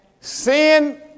Sin